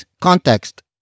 context